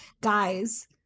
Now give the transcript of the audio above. guys